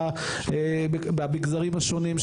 זה שיש מחסור במגזרים השונים.